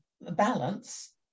balance